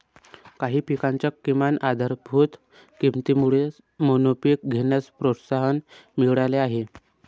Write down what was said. काही पिकांच्या किमान आधारभूत किमतीमुळे मोनोपीक घेण्यास प्रोत्साहन मिळाले आहे